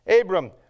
Abram